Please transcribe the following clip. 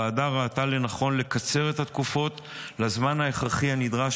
הוועדה ראתה לנכון לקצר את התקופות לזמן ההכרחי הנדרש